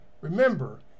remember